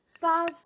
buzz